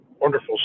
wonderful